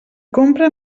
compra